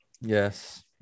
Yes